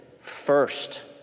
first